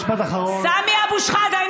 חבר הכנסת סמי אבו שחאדה, תודה.